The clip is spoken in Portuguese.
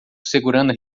segurando